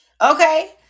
Okay